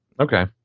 Okay